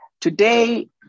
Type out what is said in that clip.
Today